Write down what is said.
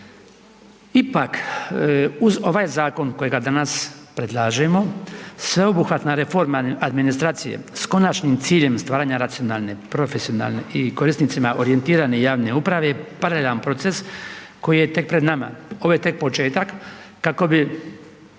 Ipak, uz ovaj zakon kojega danas predlažemo, sveobuhvatna reforma administracije s konačnim ciljem stvaranja racionalne, profesionalne i korisnicima orijentirane javne uprave, paralelan proces koji je tek pred nama. Ovo je tek početak, kako bi